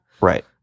right